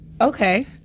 Okay